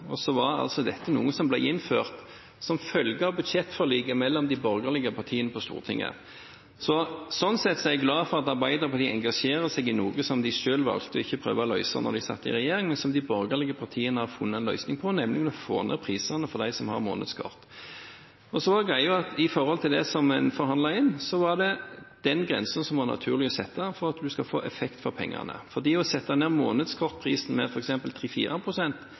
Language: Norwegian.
var altså noe som ble innført som følge av budsjettforliket mellom de borgerlige partiene på Stortinget. Jeg glad for at Arbeiderpartiet engasjerer seg i noe som de selv valgte å ikke prøve å løse da de satt i regjering, men som de borgerlige partiene har funnet en løsning på, nemlig å få ned prisene for dem som har månedskort. I forhold til det som en forhandlet inn, var det den grensen som var naturlig å sette for å få effekt av pengene, fordi å sette ned månedskortprisen med